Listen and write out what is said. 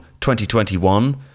2021